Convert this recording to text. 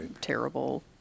terrible